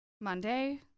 Monday